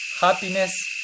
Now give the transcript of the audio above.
happiness